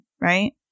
right